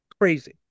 crazy